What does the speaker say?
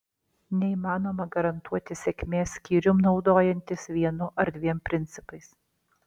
neįmanoma garantuoti sėkmės skyrium naudojantis vienu ar dviem principais